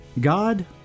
God